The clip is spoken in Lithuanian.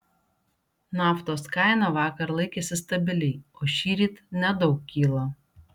naftos kaina vakar laikėsi stabiliai o šįryt nedaug kyla